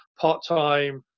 part-time